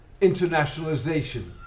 internationalization